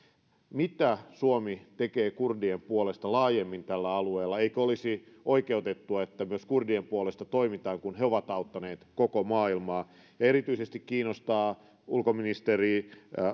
mitä suomi tekee kurdien puolesta laajemmin tällä alueella eikö olisi oikeutettua että myös kurdien puolesta toimitaan kun he ovat auttaneet koko maailmaa erityisesti kiinnostaa ulkoministeri